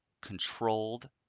controlled